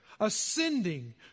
ascending